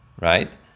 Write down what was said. right